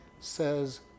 says